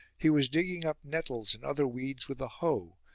he was digging up nettles and other weeds with a hoe,